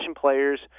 players